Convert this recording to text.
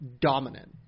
dominant